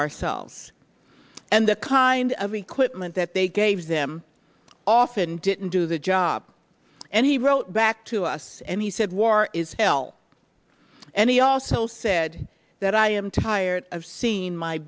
ourselves and the kind of equipment that they gave them often didn't do the job and he wrote back to us and he said war is hell and he also said that i am tired of seeing my